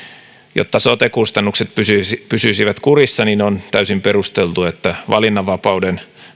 jotta sote kustannukset pysyisivät pysyisivät kurissa niin on täysin perusteltua että valinnanvapauden